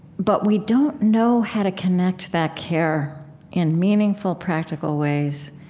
but we don't know how to connect that care in meaningful, practical ways.